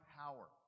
power